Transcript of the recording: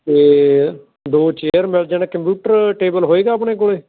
ਅਤੇ ਦੋ ਚੇਅਰ ਮਿਲ ਜਾਣ ਕੰਪਿਊਟਰ ਟੇਬਲ ਹੋਵੇਗਾ ਆਪਣੇ ਕੋਲ